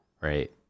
right